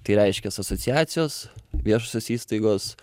tai reiškias asociacijos viešosios įstaigos